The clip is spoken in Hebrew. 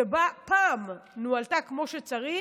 שפעם נוהלה כמו שצריך,